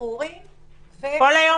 הגיע הזמן